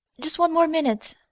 just one more minute!